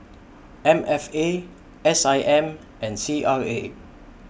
M F A S I M and C R A